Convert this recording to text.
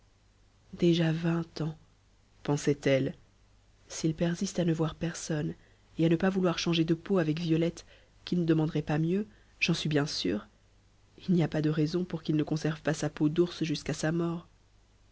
déjà vingt ans pensait-elle s'il persiste à ne voir personne et à ne pas vouloir changer de peau avec violette qui ne demanderait pas mieux j'en suis bien sûre il n'y a pas de raison pour qu'il ne conserve pas sa peau d'ours jusqu'à sa mort